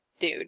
dude